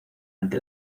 ante